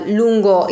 lungo